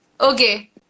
Okay